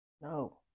No